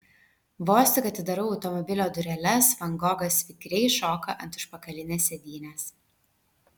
vos tik atidarau automobilio dureles van gogas vikriai šoka ant užpakalinės sėdynės